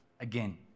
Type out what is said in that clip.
again